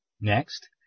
Next